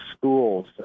schools